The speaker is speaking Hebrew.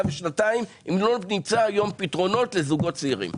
ושנתיים אם לא נמצא היום פתרונות לזוגות צעירים.